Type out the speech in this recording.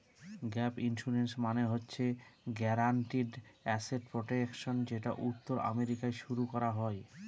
gap insurance মানে হচ্ছে guaranteed asset protection যেটা উত্তর আমেরিকায় শুরু করা হয়